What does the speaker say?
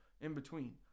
in-between